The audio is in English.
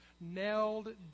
nailed